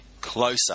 closer